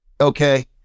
okay